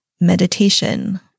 Meditation